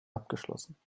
abgeschlossen